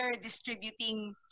distributing